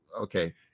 Okay